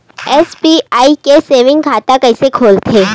SBI के saving खाता कइसे खोलथे?